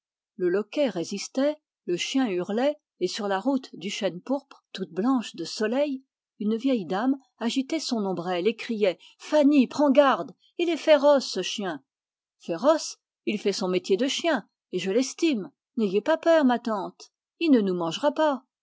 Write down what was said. le loquet résistait le chien hurlait et sur la route du chêne pourpre toute blanche de soleil une vieille dame agitait son ombrelle et criait fanny prends garde il est féroce ce chien féroce il fait son métier de chien et je l'estime n'ayez pas peur ma tante il ne nous mangera pas